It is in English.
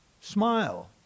Smile